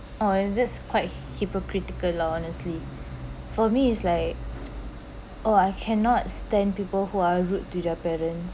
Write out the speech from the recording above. or is this quite hypocritical lor honestly for me is like oh I cannot stand people who are rude to their parents